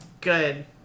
good